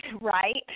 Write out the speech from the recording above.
right